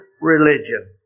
religion